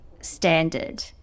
standard